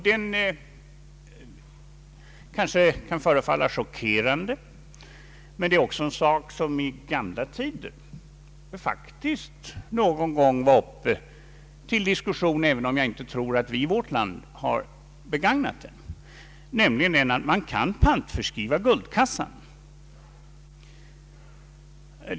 Den kanske kan förefalla chockerande, men den har faktiskt någon gång i forna tider varit uppe till diskussion, även om jag inte tror att vi i vårt land har begagnat den, nämligen att pantförskriva guldkassan.